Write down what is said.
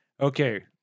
Okay